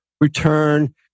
return